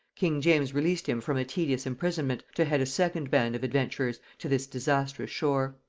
king james released him from a tedious imprisonment to head a second band of adventurers to this disastrous shore.